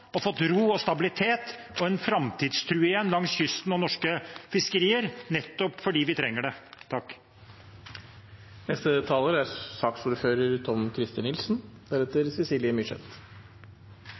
og fått ro, stabilitet og igjen en framtidstro langs kysten og i norske fiskerier, for vi trenger det.